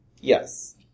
Yes